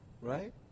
Right